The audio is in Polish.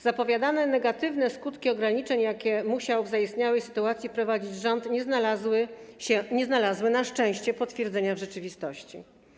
Zapowiadane negatywne skutki ograniczeń, jakie musiał w zaistniałej sytuacji wprowadzić rząd, nie znalazły na szczęście potwierdzenia w rzeczywistości.